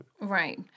Right